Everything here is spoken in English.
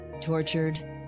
tortured